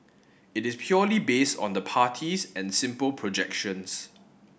it is purely based on the parties and simple projections